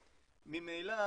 ממילא,